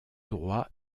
droit